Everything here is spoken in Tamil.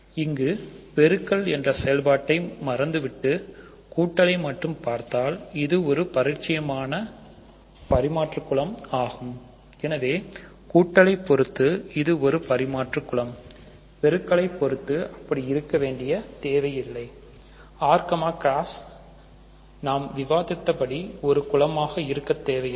இங்கு பெருக்கல் என்ற செயல்பாட்டை மறந்து விட்டு கூட்டலை மட்டும் பார்த்தால் இது பரிச்சயமான பரிமாற்றம் குலம் ஆகும் எனவே கூட்டலை பொறுத்து இது ஒரு பரிமாற்று குலம் பெருக்கலை பொறுத்து அப்படியிருக்க தேவையில்லை R நாம் விவாதித்தபடி ஒரு குலமாக இருக்க தேவையில்லை